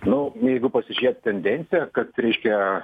nu jeigu pasižiūrėt tendenciją kad reiškia